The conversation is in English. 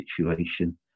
situation